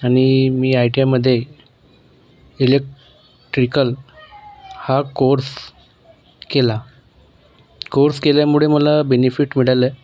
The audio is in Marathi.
आणि मी आय टी आयमधे इलेक्ट्रिकल हा कोर्स केला कोर्स केल्यामुडे मला बेनिफिट मिडालं